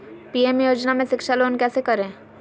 PM योजना में शिक्षा लोन कैसे करें?